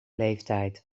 leeftijd